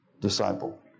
disciple